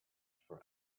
for